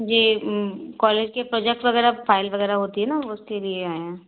जी college के project वग़ैरह file वग़ैरह होती है ना हम उसके लिए आए हैं